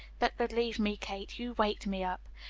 but believe me, kate, you waked me up.